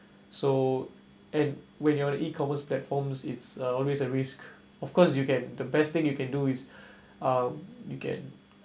so and when you're on the E-commerce platforms it's always a risk of course you can the best thing you can do is um you can